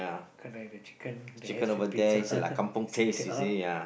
correct the chicken they have some pizza yeah